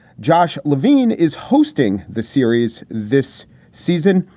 josh levine is hosting the series this season.